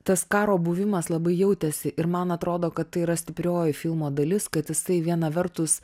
tas karo buvimas labai jautėsi ir man atrodo kad tai yra stiprioji filmo dalis kad jisai viena vertus